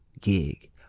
gig